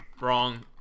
Wrong